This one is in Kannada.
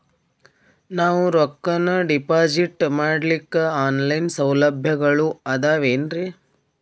ನಾವು ರೊಕ್ಕನಾ ಡಿಪಾಜಿಟ್ ಮಾಡ್ಲಿಕ್ಕ ಆನ್ ಲೈನ್ ಸೌಲಭ್ಯಗಳು ಆದಾವೇನ್ರಿ?